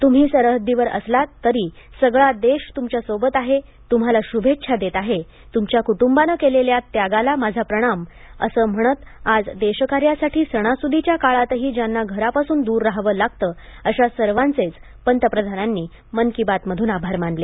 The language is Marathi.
तुम्ही सरहद्दीवर असलात तरी सगळा देश तुमच्या सोबत आहे तुम्हाला शुभेच्छा देत आहे तुमच्या कुटुंबानं केलेल्या त्यागाला माझा प्रणाम असं म्हणत आज देशकार्यासाठी सणासुदीच्या काळातही ज्यांना घरापासून दूर रहावं लागतं अशा सर्वांचेच पंतप्रधानांनी आजच्या मन की बात मधून आभार मानले